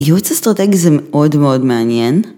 ייעוץ אסטרטגי זה מאד מאד מעניין...